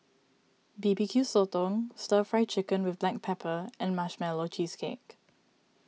B B Q Sotong Stir Fry Chicken with Black Pepper and Marshmallow Cheesecake